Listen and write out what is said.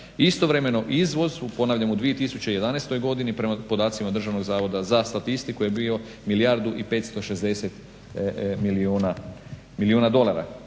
Istovremeno izvoz, ponavljam u 2011. godini, prema podacima Državnog zavoda za statistiku je bio milijardu i 560 milijuna dolara.